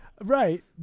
Right